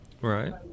Right